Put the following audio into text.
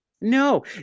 no